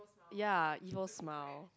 ya evil smile